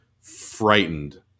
frightened